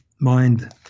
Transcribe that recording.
mind